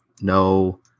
No